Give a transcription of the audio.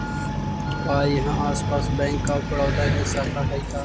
का इहाँ आसपास बैंक ऑफ बड़ोदा के शाखा हइ का?